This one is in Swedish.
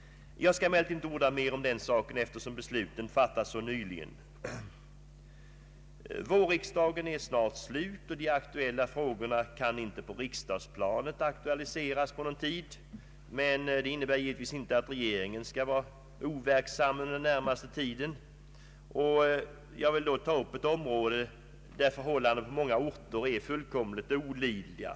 Jag skall emellertid inte orda mer om den saken, eftersom besluten fattats så nyligen. Vårriksdagen är snart slut, och de aktuella frågorna kan inte på riksdagsplanet tas upp på någon tid, men det innebär givetvis inte att regeringen skall vara overksam under den närmaste tiden. Jag vill då ta upp ett område där förhållandena på många orter är fullkomligt olidliga.